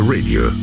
Radio